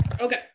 okay